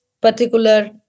particular